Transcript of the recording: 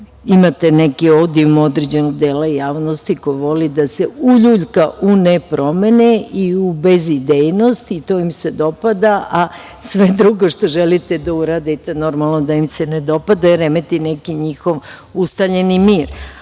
imate neki odijum određenog dela javnosti koji voli da se uljuljka u nepromene i u bezidejnost i to im se dopada, a sve drugo što želite da uradite, normalno da im se ne dopada jer remeti neki njihov ustaljeni